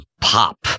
pop